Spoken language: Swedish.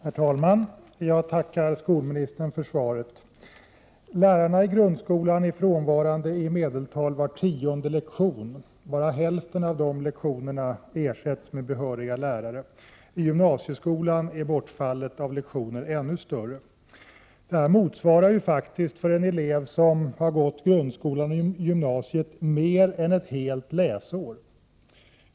Herr talman! Jag tackar skolministern för svaret. Lärarna i grundskolan är frånvarande i medeltal var tionde lektion. Bara vid hälften av dessa lektioner ersätts de med behöriga lärare. I gymnasieskolan är bortfallet av lektioner ännu större. För en elev som gått grundskola och gymnasium motsvarar detta mer än ett helt läsår.